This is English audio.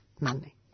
money